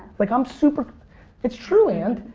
like i'm super it's true, and.